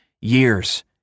years